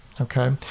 okay